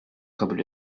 kabul